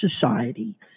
society